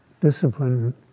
discipline